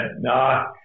no